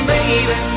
Baby